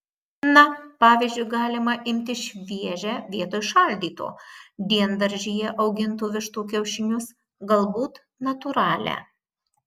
na pavyzdžiui galima imti šviežią vietoj šaldyto diendaržyje augintų vištų kiaušinius galbūt natūralią